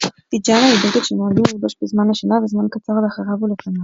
פיג'מה היא בגד שנוהגים ללבוש בזמן השינה וזמן קצר לאחריו ולפניו.